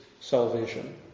salvation